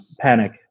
panic